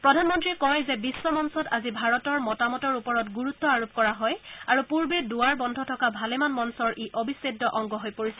প্ৰধানমন্ত্ৰীয়ে কয় যে বিখ্ মঞ্চত আজি ভাৰতৰ মতামতৰ ওপৰত গুৰুত্ব আৰোপ কৰা হয় আৰু পূৰ্বতে দুৱাৰ বন্ধ থকা ভালেমান মঞ্চৰ ই অবিচ্ছেদ্য অংগ হৈ পৰিছে